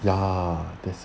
ya that's